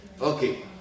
okay